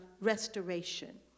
restoration